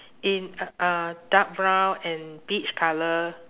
in a a dark brown and peach colour